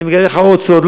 אני מגלה לך עוד סוד,